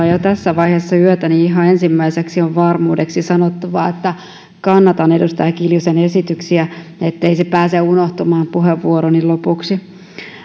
jo tässä vaiheessa yötä niin ihan ensimmäiseksi on varmuudeksi sanottava että kannatan edustaja kiljusen esityksiä ettei se pääse unohtumaan puheenvuoroni lopuksi